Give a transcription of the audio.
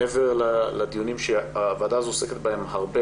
מעבר לדיונים שהוועדה הזו עוסקת בהם הרבה,